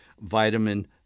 vitamin